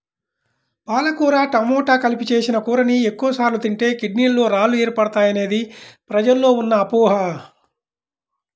పాలకూర టమాట కలిపి చేసిన కూరని ఎక్కువ సార్లు తింటే కిడ్నీలలో రాళ్లు ఏర్పడతాయనేది ప్రజల్లో ఉన్న అపోహ